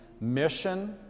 mission